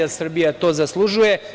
Srbija to zaslužuje.